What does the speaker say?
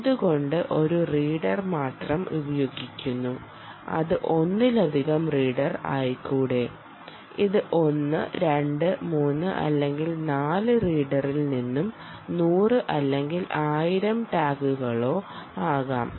എന്തുകൊണ്ട് ഒരു റീഡർ മാത്രം ഉപയേഗിക്കുന്നു അത് ഒന്നിലധികം റീഡർ ആയിക്കൂടേ ഇത് 1 2 3 അല്ലെങ്കിൽ 4 റീഡറിൽ നിന്നും 100 അല്ലെങ്കിൽ 1000 ടാഗുകളോ ആകാം